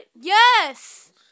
Yes